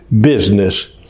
business